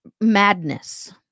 madness